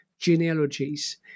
genealogies